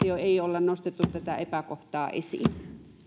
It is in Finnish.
jo tarkastusvaiheessa ei olla nostettu tätä epäkohtaa esiin